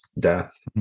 death